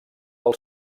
del